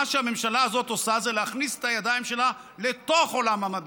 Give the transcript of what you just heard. מה שהממשלה הזאת עושה זה להכניס את הידיים שלה לתוך עולם המדע,